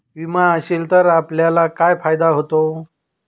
विमा असेल तर आपल्याला काय फायदा होतो?